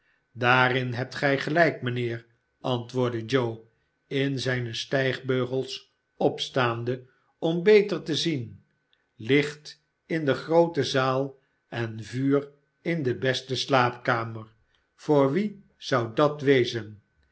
daarin hebt gij gelijk mijnheer antwoordde joe in zijne stijgbeugels opstaande om beter te zien licht in de groote zaal en vuur in de beste slaapkamer voor wie zou dat wezen